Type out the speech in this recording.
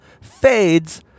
fades